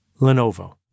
Lenovo